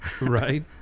Right